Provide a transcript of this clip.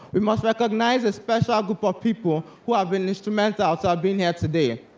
we must recognize a special group of people who have been instrumental to our being here today.